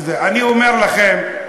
אני אומר לכם: